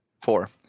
Four